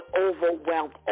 overwhelmed